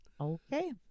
okay